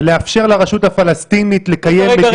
ולאפשר לרשות הפלסטינית לקיים מדיניות --- רגע,